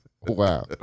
Wow